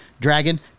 Dragon